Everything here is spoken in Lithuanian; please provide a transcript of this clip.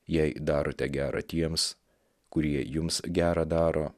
jei darote gera tiems kurie jums gera daro